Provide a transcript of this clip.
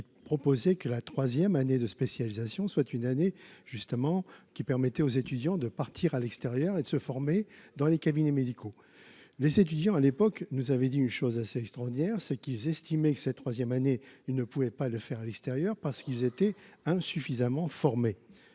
qui proposé que la troisième année de spécialisation soit une année justement qui permettait aux étudiants de partir à l'extérieur et de se former dans les cabinets médicaux, les étudiants à l'époque nous avait dit une chose assez extraordinaire ce qu'ils estimaient que cette troisième année, il ne pouvait pas le faire à l'extérieur parce qu'ils étaient insuffisamment formés,